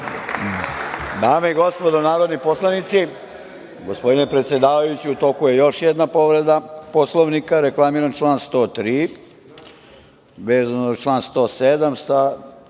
Dame i gospodo narodni poslanici, gospodine predsedavajući, u toku je još jedna povreda Poslovnika. Reklamiram član 103. vezano za član 107.